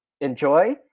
enjoy